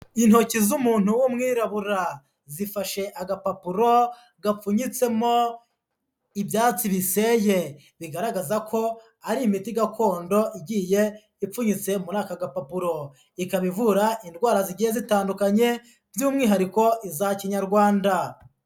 Intoki z'umuntu w'umwirabura zifashe agapapuro gapfunyitsemo ibyatsi biseye, bigaragaza ko ari imiti gakondo igiye ipfunyitse muri aka gapapuro, ikaba ivura indwara zigiye zitandukanye by'umwihariko iza kinyarwanda.